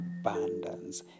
abundance